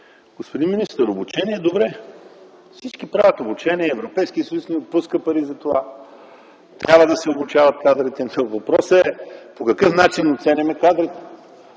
Господин министър, обучение – добре. Всички правят обучение, Европейският съюз ни отпуска пари за това. Трябва да се обучават кадрите. Въпросът е по какъв начин оценяваме кадрите.